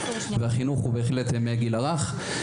והחינוך בהחלט מתחיל בגיל הרך.